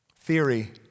theory